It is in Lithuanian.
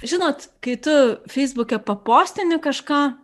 žinot kai tu feisbuke papostini kažką